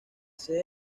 sede